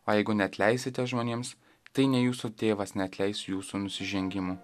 o jeigu neatleisite žmonėms tai nei jūsų tėvas neatleis jūsų nusižengimų